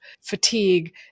fatigue